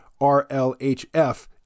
RLHF